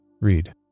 Read